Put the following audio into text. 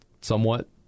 somewhat